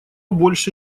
больше